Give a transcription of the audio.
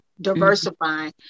diversifying